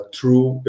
true